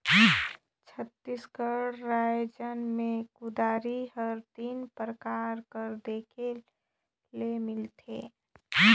छत्तीसगढ़ राएज मे कुदारी हर तीन परकार कर देखे ले मिलथे